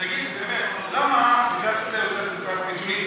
תגיד באמת למה מדינת ישראל